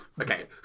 Okay